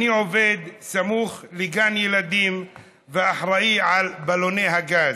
/ אני עובד סמוך לגן ילדים ואחראי על בלוני הגז.